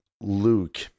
Luke